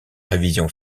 révision